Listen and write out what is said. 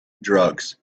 drugs